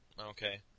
Okay